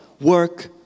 work